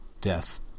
death